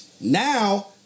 Now